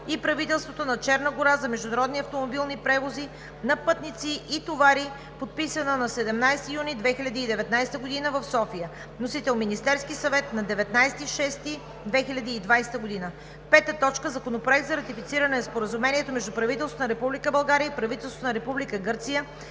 и правителството на Черна гора за международни автомобилни превози на пътници и товари, подписана на 17 юни 2019 г. в София. Вносител – Министерският съвет, 19 юни 2020 г. 5. Законопроект за ратифициране на Споразумението между правителството на Република България и правителството на Република Гърция